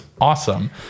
awesome